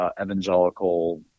evangelical